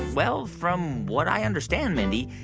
well, from what i understand, mindy,